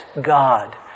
God